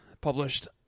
published